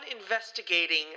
investigating